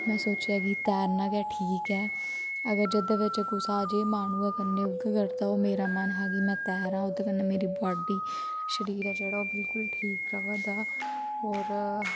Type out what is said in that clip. में सोचेआ कि तैरना गै ठीक ऐ अगर जोह्दे बिच्च कुसा जे मन होऐ करने ओह् उ'यै करदा मेरा मन हा कि में तैरां ओह्दे कन्नै मेरी बाडी शरीर ऐ जेह्ड़ा ओह् बिल्कुल ठीक रवा दा होर